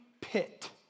pit